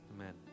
Amen